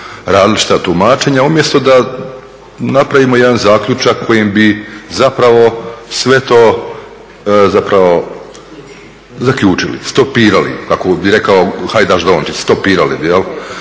različita tumačenja, umjesto da napravimo jedan zaključak kojim bi zapravo sve to zaključili, stopirali, kako bi rekao Hajdaš Dončić, stopirali bi.